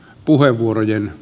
puheenvuorojen